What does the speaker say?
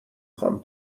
خوام